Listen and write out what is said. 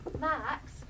Max